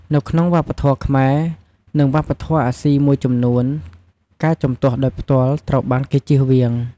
នៅក្នុងវប្បធម៌ខ្មែរ និង វប្បធម៌អាស៊ីមួយចំនួន ការជំទាស់ដោយផ្ទាល់ ត្រូវបានគេជៀសវាង។